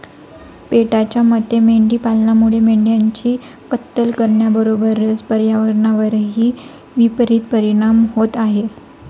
पेटाच्या मते मेंढी पालनामुळे मेंढ्यांची कत्तल करण्याबरोबरच पर्यावरणावरही विपरित परिणाम होत आहे